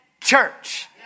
church